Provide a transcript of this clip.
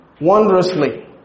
Wondrously